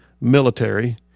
military